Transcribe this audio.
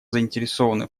заинтересованы